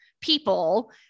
people